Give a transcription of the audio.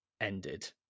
ended